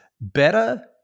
better